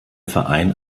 verein